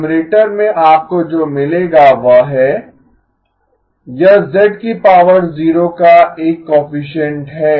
numerator में आपको जो मिलेगा वह है यह z0 का कोएफिसिएन्ट है